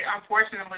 unfortunately